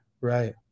Right